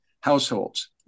households